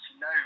no